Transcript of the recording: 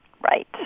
Right